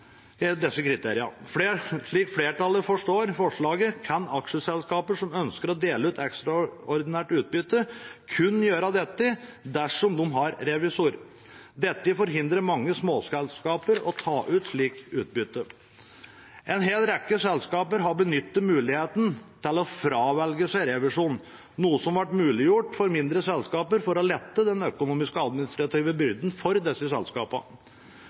disse kriteriene. Slik flertallet forstår forslaget, kan aksjeselskaper som ønsker å dele ut ekstraordinært utbytte, kun gjøre dette dersom de har revisor. Dette forhindrer mange småselskaper i å ta ut slikt utbytte. En hel rekke selskaper har benyttet muligheten til å fravelge revisjon, noe som ble muliggjort for mindre selskaper for å lette den økonomiske og administrative byrden for disse selskapene.